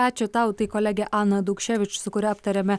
ačiū tau tai kolegė ana dukševič su kuria aptarėme